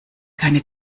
keine